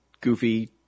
goofy